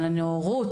על הנאורות?